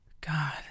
God